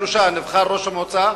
שלושה חודשים נבחר ראש המועצה,